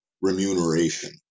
remuneration